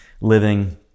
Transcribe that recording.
living